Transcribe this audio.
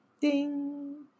ding